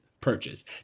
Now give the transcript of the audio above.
purchase